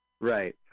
Right